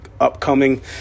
upcoming